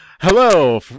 Hello